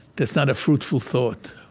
that's not a fruitful thought.